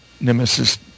nemesis